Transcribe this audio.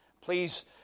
Please